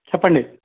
చెప్పండి